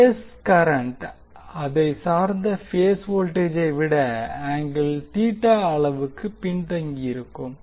base current அதை சார்ந்த phase வோல்டேஜை விட ஆங்கிள் தீட்டா அளவுக்கு பின்தங்கியிருக்கும்